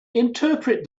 interpret